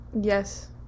Yes